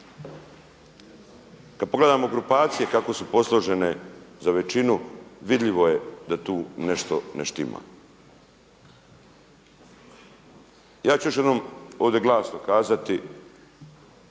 Kada pogledamo grupacije kako su posložene za većinu vidljivo je da tu nešto ne štima. Ja ću još jednom ovdje glasno kazati